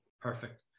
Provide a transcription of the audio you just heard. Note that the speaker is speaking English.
Perfect